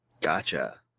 Gotcha